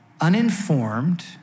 uninformed